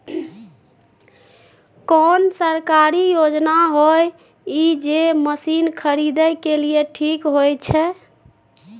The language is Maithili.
कोन सरकारी योजना होय इ जे मसीन खरीदे के लिए ठीक होय छै?